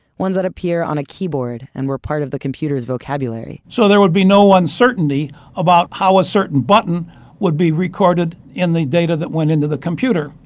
ones that appear on a keyboard and were part of the computer's vocabulary. so there would be no uncertainty about how a certain button would be recorded in the data that went into the computer.